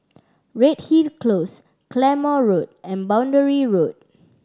Redhill Close Claymore Road and Boundary Road